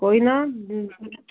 ਕੋਈ ਨਾ ਬਿਲਕੁਲ